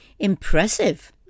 Impressive